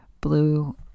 blue